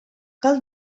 cal